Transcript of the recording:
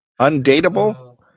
Undateable